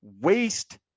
waste